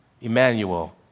Emmanuel